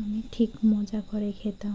আমি ঠিক মজা করে খেতাম